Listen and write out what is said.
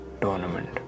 tournament